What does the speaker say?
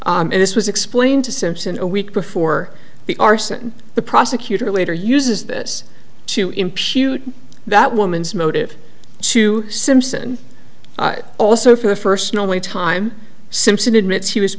and this was explained to simpson a week before the arson the prosecutor later uses this to impute that woman's motive to simpson also for the first and only time simpson admits he was